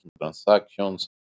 transactions